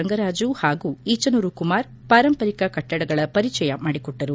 ರಂಗರಾಜು ಹಾಗೂ ಈಚನೂರು ಕುಮಾರ್ ಪಾರಂಪರಿಕ ಕಟ್ಟಡಗಳ ಪರಿಚಯ ಮಾಡಿಕೊಟ್ಲರು